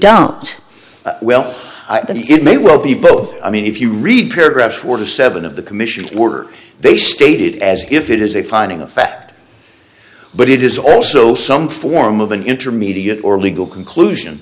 dumped well and it may well be both i mean if you read paragraph four to seven of the commission were they stated as if it is a finding of fact but it is also some form of an intermediate or legal conclusion